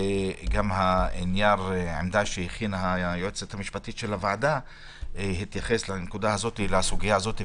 וגם נייר העמדה שהכינה היועצת המשפטית של הוועדה יתייחס לסוגיה הזאת.